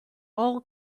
all